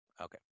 Okay